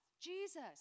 Jesus